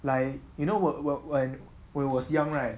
like you know were were when I was young right